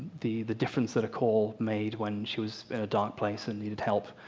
the the difference that a call made when she was in a dark place and needed help,